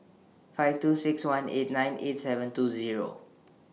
five two six one eight nine eight seven two Zero